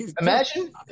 Imagine